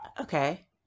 Okay